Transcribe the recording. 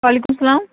وعلیکُم السلام